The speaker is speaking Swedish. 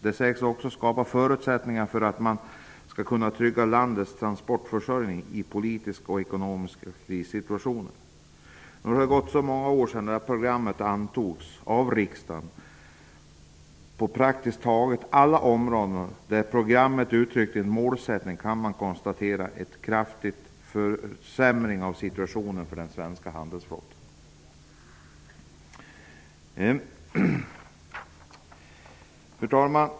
Det sägs också skapa förutsättningar för att man skall kunna trygga landets transportförsörjning i politiska och ekonomiska krissituationer. Nu har det gått många år sedan programmet antogs av riksdagen. På praktiskt taget alla områden där programmet uttryckt målsättningar kan man konstatera en kraftig försämring av situationen för den svenska handelsflottan.'' Fru talman!